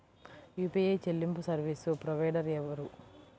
UPI చెల్లింపు service provider ఎవరు?